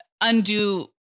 undo